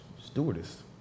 Stewardess